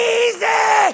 easy